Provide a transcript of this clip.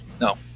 No